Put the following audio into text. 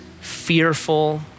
fearful